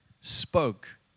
spoke